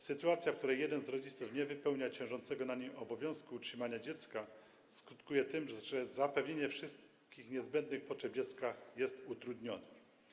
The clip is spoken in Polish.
Sytuacja, w której jeden z rodziców nie wypełnia ciążącego na nim obowiązku utrzymania dziecka, skutkuje tym, że zapewnienie wszystkich niezbędnych potrzeb dziecka jest utrudnione.